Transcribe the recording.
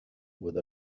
with